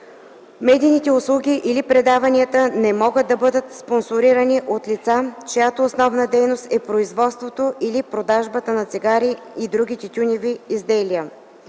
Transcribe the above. Медийните услуги или предавания не могат да бъдат спонсорирани от лица, чиято основна дейност е производството или продажбата на цигари и други тютюневи изделия.